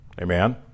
amen